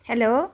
hello